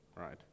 right